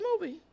movie